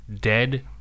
Dead